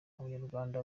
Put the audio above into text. abanyarwanda